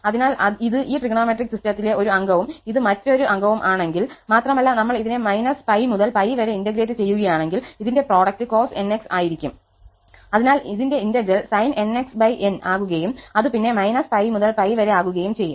അതിനാൽ ഇത് ഈ ട്രിഗണോമെട്രിക് സിസ്റ്റത്തിലെ ഒരു അംഗവും ഇത് മറ്റൊരു അംഗവും ആണെങ്കിൽ മാത്രമല്ല നമ്മൾ ഇതിനെ −𝜋 മുതൽ 𝜋 വരെ ഇന്റഗ്രേറ്റ് ചെയ്യുകയാണെങ്കിൽ ഇതിന്റെ പ്രോഡക്റ്റ് cos 𝑛𝑥 ആയിരിക്കും അതിനാൽ ഇതിന്റെ ഇന്റഗ്രൽ sin 𝑛𝑥𝑛 ആകുകയും അതുപിന്നെ −𝜋 മുതൽ 𝜋 വരെ ആകുകയും ചെയ്യും